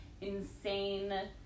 insane